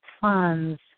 funds